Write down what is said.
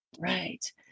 Right